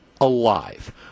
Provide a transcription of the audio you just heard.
alive